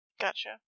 Gotcha